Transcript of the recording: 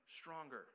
stronger